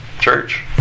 church